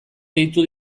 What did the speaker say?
deitu